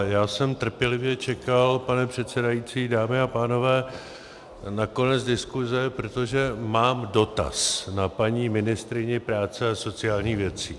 Já jsem trpělivě čekal, pane předsedající, dámy a pánové, na konec diskuse, protože mám dotaz na paní ministryni práce a sociálních věcí.